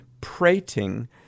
prating